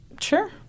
Sure